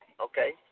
Okay